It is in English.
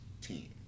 team